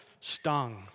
stung